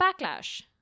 backlash